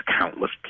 countless